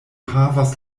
havas